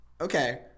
okay